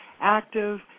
active